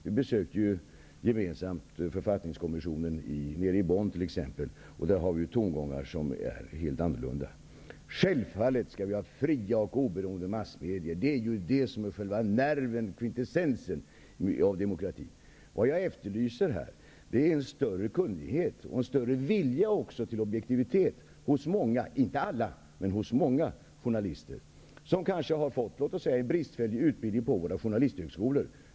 Vi besökte gemensamt författningskommissionen i Bonn. Där är tongångarna helt annorlunda. Självfallet skall vi ha fria och oberoende massmedier. Det är det som är själva kvintessensen i en demokrati. Jag efterlyser en större kunnighet och vilja till objektivitet hos många, inte alla, journalister. De kan ha fått en bristfällig utbildning på våra journalisthögskolor.